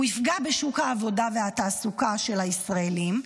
הוא יפגע בשוק העבודה והתעסוקה של הישראלים,